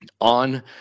on